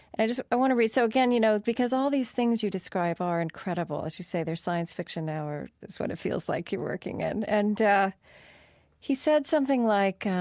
i just, i want to read so, again, you know, because all these things you describe are incredible. as you say, they're science fiction now or that's what it feels like you're working in. and he said something like,